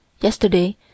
Yesterday